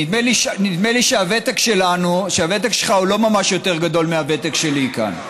נדמה לי שהוותק שלך הוא לא ממש יותר גדול מהוותק שלי כאן.